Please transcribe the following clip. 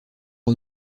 aux